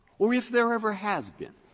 or if there ever has been,